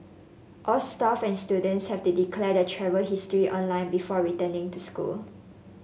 all staff and students have to declare their travel history online before returning to school